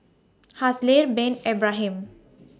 Haslir Bin Ibrahim